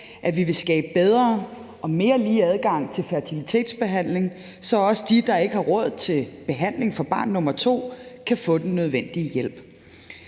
at vi vil skabe bedre og mere lige adgang til fertilitetsbehandling, så også dem, der ikke har råd til behandling til barn nummer to, kan få den nødvendige hjælp.